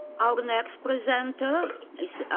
avonex presenter ah.